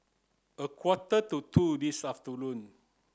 a quarter to two this afternoon